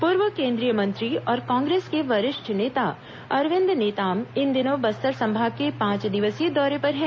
पूर्व केंद्रीय मंत्री और कांग्रेस के वरिष्ठ नेता अरविंद नेताम इन दिनों बस्तर संभाग के पांच दिवसीय दौरे पर हैं